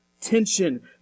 tension